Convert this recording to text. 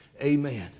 amen